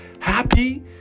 Happy